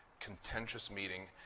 contentious meeting.